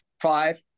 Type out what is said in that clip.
Five